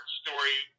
story